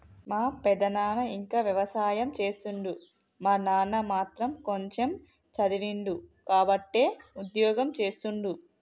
మా పెదనాన ఇంకా వ్యవసాయం చేస్తుండు మా నాన్న మాత్రం కొంచెమ్ చదివిండు కాబట్టే ఉద్యోగం చేస్తుండు